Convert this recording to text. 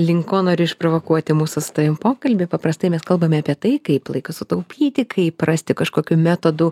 link ko noriu išprovokuoti mūsų su tavim pokalbį paprastai mes kalbame apie tai kaip laiką sutaupyti kaip rasti kažkokių metodų